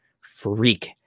freak